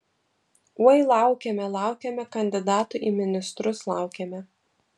oi laukėme laukėme kandidatų į ministrus laukėme